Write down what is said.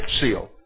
seal